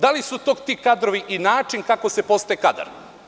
Da li su to ti kadrovi i način kako se postaje kadar?